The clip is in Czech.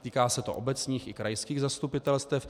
Týká se to obecních i krajských zastupitelstev.